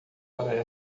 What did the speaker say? para